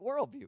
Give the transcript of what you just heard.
worldview